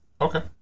Okay